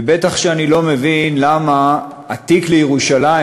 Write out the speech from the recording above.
ובטח שאני לא מבין למה התיק לירושלים,